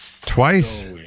twice